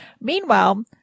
Meanwhile